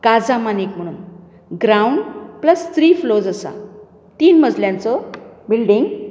काझामानीक म्हुणून ground plus three floors आसा तीन मजल्यांचो बिल्डींग